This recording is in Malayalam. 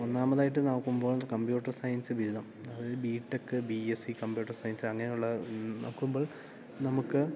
ഒന്നാമതായിട്ട് നോക്കുമ്പോൾ കമ്പ്യൂട്ടർ സയൻസ് ബിരുദം അതായത് B tech B S C computer science അങ്ങനെയുള്ള നോക്കുമ്പോൾ നമുക്ക്